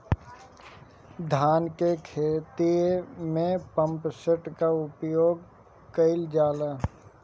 धान के ख़हेते में पम्पसेट का उपयोग कइल जाला?